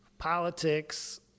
politics